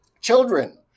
Children